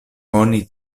oni